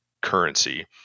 currency